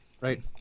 Right